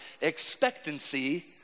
expectancy